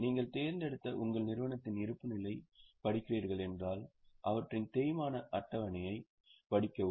நீங்கள் தேர்ந்தெடுத்த உங்கள் நிறுவனத்தின் இருப்புநிலை பற்றி படிக்கிறீர்கள் என்றால் அவற்றின் தேய்மான அட்டவணையைப் படிக்கவும்